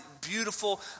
beautiful